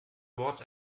wort